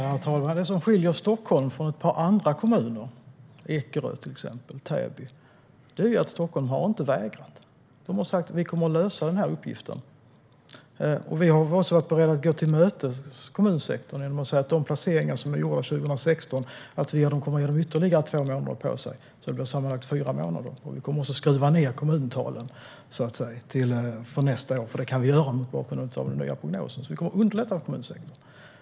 Herr talman! Det som skiljer Stockholm från ett par andra kommuner, till exempel Ekerö och Täby, är att Stockholm inte har vägrat. Man har sagt: Vi kommer att lösa den här uppgiften. Vi har också varit beredda att gå kommunsektorn till mötes genom att säga att man, när det gäller de placeringar som är gjorda 2016, kommer att få ytterligare två månader på sig. Det blir alltså sammanlagt fyra månader. Vi kommer också att skriva ned kommuntalen, så att säga, för nästa år. Det kan vi göra mot bakgrund av den nya prognosen. Vi kommer att underlätta för kommunsektorn.